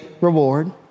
reward